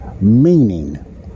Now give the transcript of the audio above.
meaning